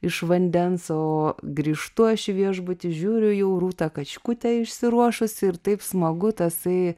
iš vandens o grįžtu aš į viešbutį žiūriu jau rūta kačkutė išsiruošusi ir taip smagu tasai